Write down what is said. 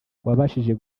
wabashije